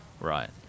Right